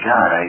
God